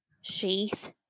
sheath